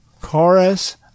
chorus